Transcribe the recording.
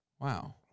Wow